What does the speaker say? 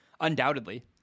undoubtedly